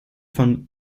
vom